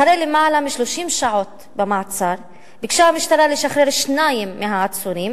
אחרי יותר מ-30 שעות במעצר ביקשה המשטרה לשחרר שניים מהעצורים,